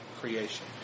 creation